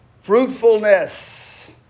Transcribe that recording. fruitfulness